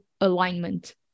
alignment